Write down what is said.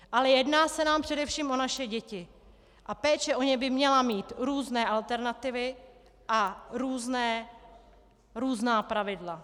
Ale jedná se nám především o naše děti a péče o ně by měla mít různé alternativy a různá pravidla.